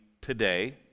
today